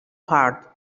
hard